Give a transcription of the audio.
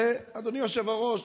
אדוני היושב-ראש,